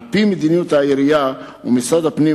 על-פי מדיניות העירייה ומשרד הפנים,